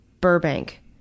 burbank